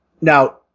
Now